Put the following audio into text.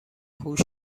هوش